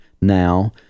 now